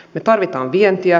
me tarvitsemme vientiä